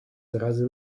razy